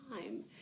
time